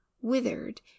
withered